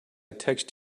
text